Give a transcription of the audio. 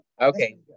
Okay